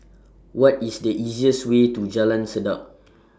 What IS The easiest Way to Jalan Sedap